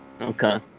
Okay